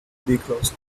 because